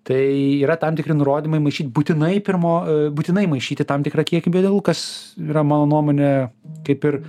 tai yra tam tikri nurodymai maišyt būtinai pirmo būtinai maišyti tam tikrą kiekį biodegalų kas yra mano nuomone kaip ir